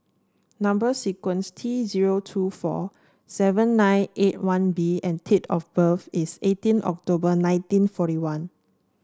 number sequence is T zero two four seven nine eight one B and date of birth is eighteen October nineteen forty one